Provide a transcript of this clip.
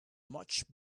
much